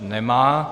Nemá.